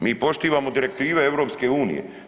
Mi poštivamo direktive EU-a.